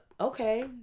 Okay